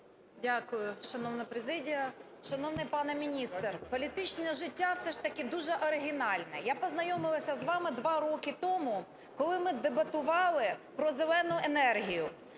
Дякую, шановна президія. Шановний пане міністр, політичне життя все ж таки дуже оригінальне. Я познайомилася з вами два роки тому, коли ми дебатували про "зелену" енергію.